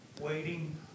Waiting